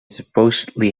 supposedly